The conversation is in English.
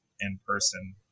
in-person